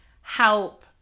help